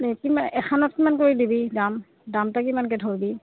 এই কিমান এখনত কিমান কৰি দিবি দাম দামটা কিমানকৈ ধৰিবি